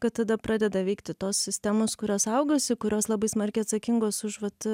kad tada pradeda veikti tos sistemos kurios saugosi kurios labai smarkiai atsakingos už vat